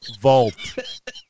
vault